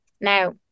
Now